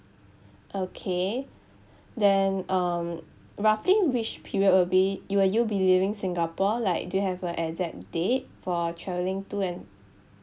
okay then um roughly which period will be will you be leaving singapore like do you have a exact date for travelling to and